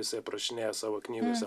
jisai aprašinėja savo knygose